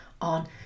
on